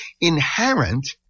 inherent